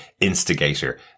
instigator